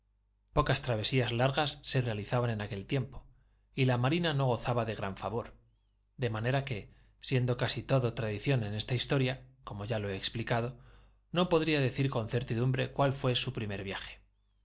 largas se realizaban en aquel tiempo y la marina no gozaba de gran favor de manera que siendo casi todo tradición en esta historia como ya lo he explicado no podría decir con certidumbre cuál fué su primer viaje